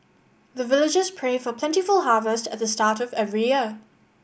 the villagers pray for plentiful harvest at the start of every year